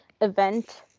event